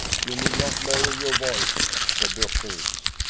you need not lower your voice, said dr. x,